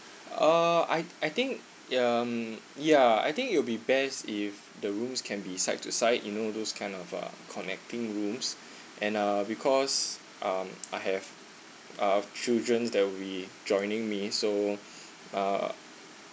uh I I think ya um yeah I think it will be best if the rooms can be side to side you know those kind of a connecting rooms and uh because um I have uh children that will be joining me so uh